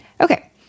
Okay